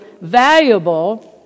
valuable